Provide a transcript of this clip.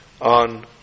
on